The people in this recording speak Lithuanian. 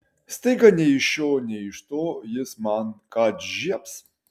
staiga nei iš šio nei iš to jis man kad žiebs